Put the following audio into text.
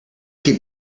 keep